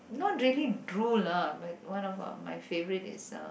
not really drool lah but one of my favourite is uh